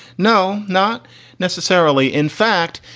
no, not necessarily. in fact,